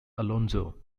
alonso